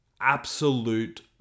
absolute